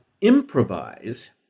improvise